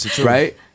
right